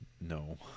No